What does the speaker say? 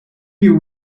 you